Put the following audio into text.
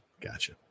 Gotcha